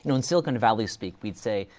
you know in silicon valley-speak, we'd say,